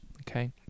Okay